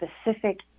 specific